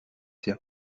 der